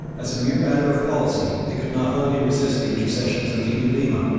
as a mere matter of policy they could not wholly resist the intercessions of the ulema,